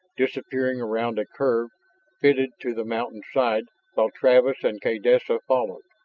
disappearing around a curve fitted to the mountain side while travis and kaydessa followed.